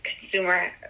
consumer